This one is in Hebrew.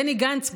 בני גנץ,